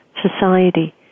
society